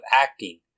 acting